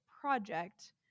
project